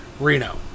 Reno